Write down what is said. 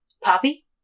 poppy